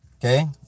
Okay